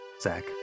Zach